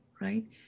right